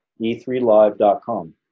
e3live.com